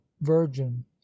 virgin